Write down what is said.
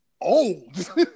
old